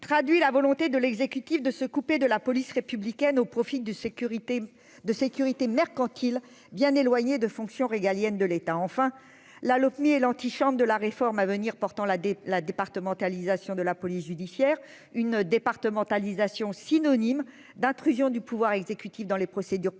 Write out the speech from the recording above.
traduit la volonté de l'exécutif, de se couper de la police républicaine au profit de sécurité de sécurité mercantile bien éloignée de fonctions régaliennes de l'État enfin La Lopmi et l'antichambre de la réforme à venir portant là dès la départementalisation de la police judiciaire une départementalisation synonyme d'intrusion du pouvoir exécutif dans les procédures pénales,